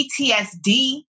PTSD